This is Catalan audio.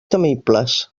temibles